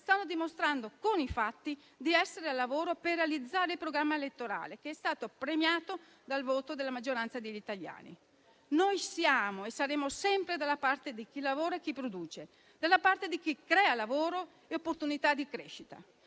stanno dimostrando con i fatti di essere al lavoro per realizzare il programma elettorale che è stato premiato dal voto della maggioranza degli italiani. Noi siamo e saremo sempre dalla parte di chi lavora e di chi produce, dalla parte di chi crea lavoro e opportunità di crescita.